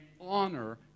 honor